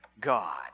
God